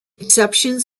exceptions